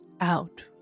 out